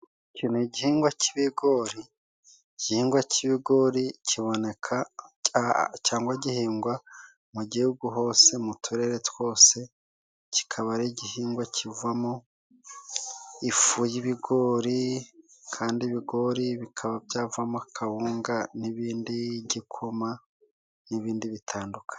Iki ni igihingwa cy'ibigori. Igihingwa cy'ibigori kiboneka cyangwa gihingwa mu Gihugu hose mu turere twose. Kikaba ari igihingwa kivamo ifu y'ibigori, kandi ibigori bikaba byavamo kawunga n'ibindi, igikoma n'ibindi bitandukanye.